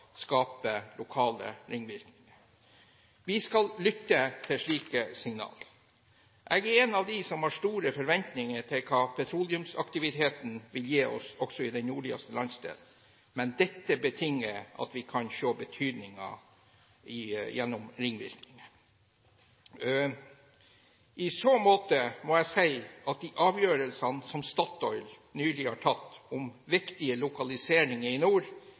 lokale ringvirkninger. Vi skal lytte til slike signaler. Jeg er en av dem som har store forventninger til hva petroleumsaktiviteten vil gi også den nordligste landsdelen, men dette betinger at vi kan se betydelige ringvirkninger. I så måte må jeg si at de avgjørelsene som Statoil nylig har tatt om viktige lokaliseringer i nord,